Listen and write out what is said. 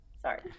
Sorry